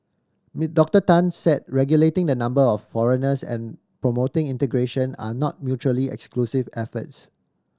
Doctor Tan said regulating the number of foreigners and promoting integration are not mutually exclusive efforts